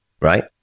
right